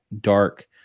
dark